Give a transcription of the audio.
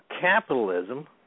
capitalism